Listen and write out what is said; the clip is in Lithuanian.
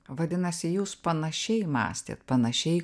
vadinasi jūs panašiai mąstėt panašiai